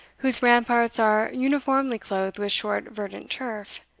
whose ramparts are uniformly clothed with short verdant turf